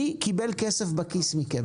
מי קיבל כסף מכם?